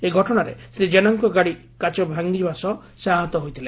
ଏହି ଘଟଣାରେ ଶ୍ରୀ ଜେନାଙ୍କ ଗାଡ଼ି କାଚ ଭାଙ୍ଗିବା ସହ ସେ ଆହତ ହୋଇଥିଲେ